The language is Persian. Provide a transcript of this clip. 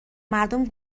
مردم